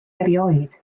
erioed